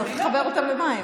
צריך לחבר אותם למים